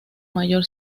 mayor